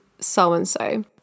so-and-so